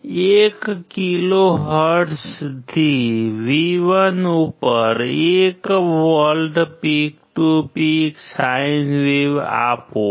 1 કિલોહર્ટ્ઝથી V1 ઉપર 1 volt peak to peak sine wave આપો